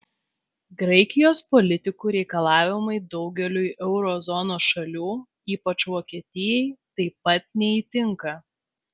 graikijos politikų reikalavimai daugeliui euro zonos šalių ypač vokietijai taip pat neįtinka